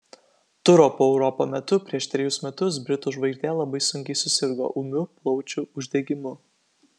turo po europą metu prieš trejus metus britų žvaigždė labai sunkiai susirgo ūmiu plaučių uždegimu